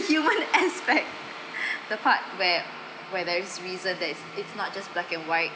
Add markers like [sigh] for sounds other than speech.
human aspects [noise] [breath] the part where where there is reason that is it's not just black and white